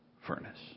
furnace